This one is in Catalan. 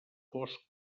fosc